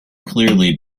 clearly